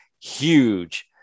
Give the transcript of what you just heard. huge